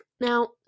Now